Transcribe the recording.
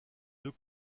deux